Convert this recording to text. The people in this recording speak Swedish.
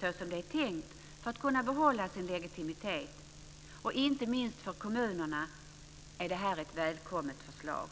så som det är tänkt för att kunna behålla sin legitimitet. Inte minst för kommunerna är detta ett välkommet förslag.